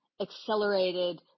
accelerated